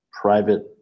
private